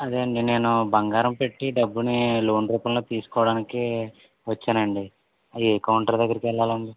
అదే అండి నేను బంగారం పెట్టి డబ్బుని లోన్ రూపంలో తీసుకోవడానికి వచ్చాను అండి ఏ కౌంటర్ దగ్గరకి వెళ్ళాలి అండి